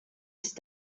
ist